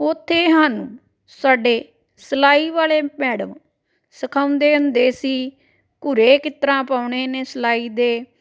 ਉੱਥੇ ਸਾਨੂੰ ਸਾਡੇ ਸਿਲਾਈ ਵਾਲੇ ਮੈਡਮ ਸਿਖਾਉਂਦੇ ਹੁੰਦੇ ਸੀ ਘੂਰੇ ਕਿੱਤਰਾਂ ਪਾਉਣੇ ਨੇ ਸਿਲਾਈ ਦੇ